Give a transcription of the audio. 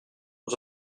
aux